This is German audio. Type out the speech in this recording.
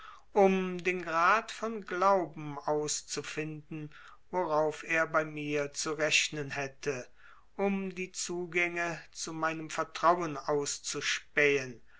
um den grad von glauben auszufinden worauf er bei mir zu rechnen hätte um die zugänge zu meinem vertrauen auszuspähen